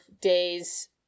days